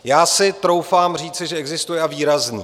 Já si troufám říci, že existuje, a výrazný.